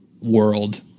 world